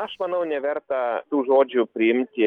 aš manau neverta tų žodžių priimti